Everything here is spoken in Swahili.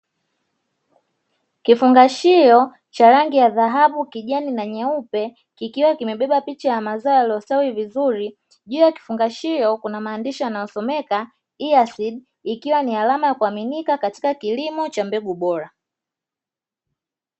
Kifungashio cha rangi ya dhahabu, kijani na nyeupe kikiwa kimebeba picha ya mazao yaliyo stawi vizuri, juu ya kifungashio kuna maandishi yanayo someka "EASlDI" ikiwa ni alama yakuaminika katika kilimo cha mbegu bora.